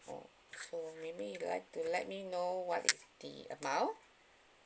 oh so maybe you'd like to let me know what is the amount